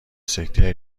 سکته